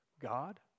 God